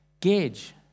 gauge